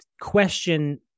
question